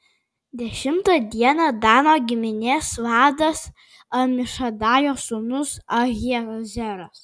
dešimtą dieną dano giminės vadas amišadajo sūnus ahiezeras